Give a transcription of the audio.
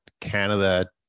canada